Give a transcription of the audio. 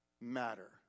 matter